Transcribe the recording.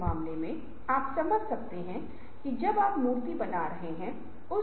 केवल तभी रचनात्मकता होगी या नवीनीकरण होगा